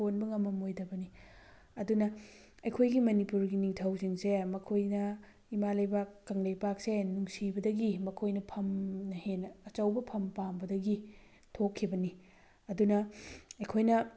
ꯄꯣꯟꯕ ꯉꯝꯃꯝꯃꯣꯏꯗꯕꯅꯤ ꯑꯗꯨꯅ ꯑꯩꯈꯣꯏꯒꯤ ꯃꯅꯤꯄꯨꯔꯒꯤ ꯅꯤꯡꯊꯧꯁꯤꯡꯁꯦ ꯃꯈꯣꯏꯅ ꯏꯃꯥ ꯂꯩꯕꯥꯛ ꯀꯪꯂꯩꯄꯥꯛꯁꯦ ꯅꯨꯡꯁꯤꯕꯗꯒꯤ ꯃꯈꯣꯏꯅ ꯐꯝꯅ ꯍꯦꯟꯅ ꯑꯆꯧꯕ ꯐꯝ ꯄꯥꯝꯕꯗꯒꯤ ꯊꯣꯛꯈꯤꯕꯅꯤ ꯑꯗꯨꯅ ꯑꯩꯈꯣꯏꯅ